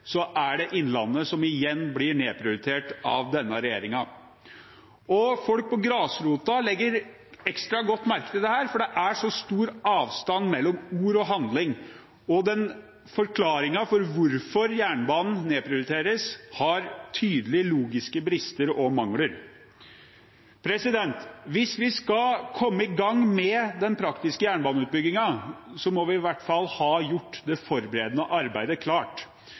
er det Innlandet som igjen blir nedprioritert av denne regjeringen. Folk på grasrota legger ekstra godt merke til dette, for det er så stor avstand mellom ord og handling, og forklaringen på hvorfor jernbanen nedprioriteres, har tydelige logiske brister og mangler. Hvis vi skal komme i gang med den praktiske jernbaneutbyggingen, må vi i hvert fall ha gjort det forberedende arbeidet klart.